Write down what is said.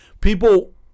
people